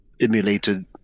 emulated